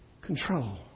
control